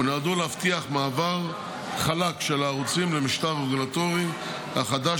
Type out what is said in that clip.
ונועדו להבטיח מעבר חלק של הערוצים למשטר הרגולטורי החדש,